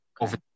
over